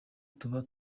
tuba